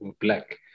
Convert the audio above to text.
black